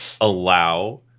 allow